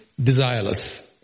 desireless